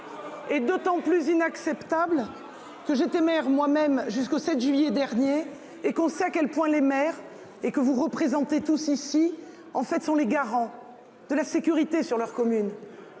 Est d'autant plus inacceptable que j'étais maire moi-même jusqu'au 7 juillet dernier et qu'on sait à quel point les maires et que vous représentez tous ici en fait sont les garants de la sécurité sur leur commune.